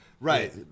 Right